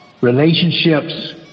relationships